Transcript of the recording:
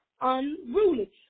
unruly